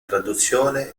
traduzione